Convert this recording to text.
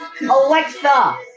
Alexa